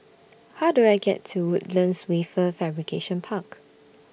How Do I get to Woodlands Wafer Fabrication Park